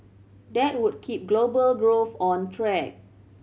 that would keep global growth on track